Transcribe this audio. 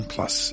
Plus